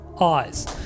eyes